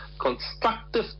constructive